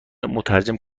مترجم